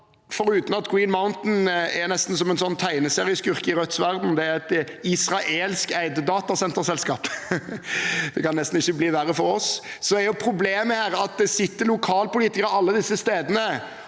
Foruten at Green Mountain nesten er som en tegneserieskurk i Rødts verden – det er et israelskeid datasenterselskap, det kan nesten ikke bli verre for oss – er problemet her at det sitter lokalpolitikere alle disse stedene